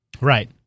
Right